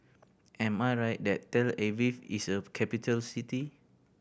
am I right that Tel Aviv is a capital city